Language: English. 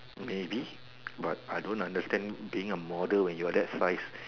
maybe but I don't understand being a model when you're that size